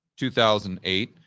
2008